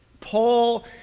Paul